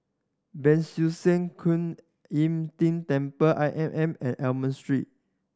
Ban Siew San Kuan Im Tng Temple I M M and Almond Street